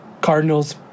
Cardinals